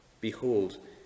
Behold